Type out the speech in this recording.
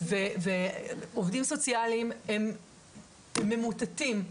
ועובדים סוציאליים הם ממוטטים,